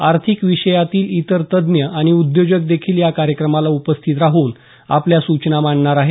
आर्थिक विषयातील इतर तज्ञ आणि उद्योजक देखील या कार्यक्रमाला उपस्थित राहून आपल्या सूचना मांडणार आहेत